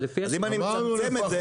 אז אם אני מצמצם את זה --- אמרנו לפחות,